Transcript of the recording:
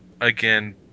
again